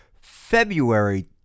February